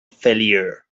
failure